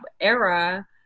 era